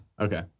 okay